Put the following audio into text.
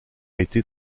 été